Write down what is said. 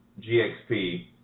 GXP